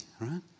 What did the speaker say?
right